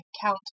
Count